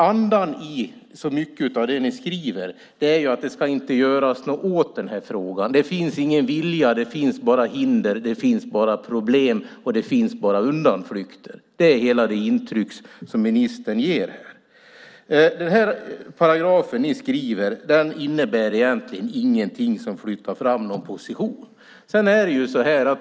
Andan i så mycket av det ni skriver är att det inte ska göras något åt den här frågan. Det finns ingen vilja, bara hinder, problem och undanflykter. Det är det intryck som ministern ger här. Den paragraf som ni har skrivit innebär egentligen ingenting som flyttar fram någon position.